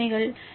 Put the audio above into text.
நிபந்தனைகள்